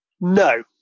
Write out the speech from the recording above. No